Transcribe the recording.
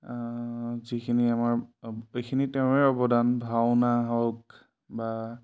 যিখিনি আমাৰ এইখিনি তেওঁৰে অৱদান ভাওনা হওক বা